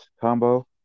combo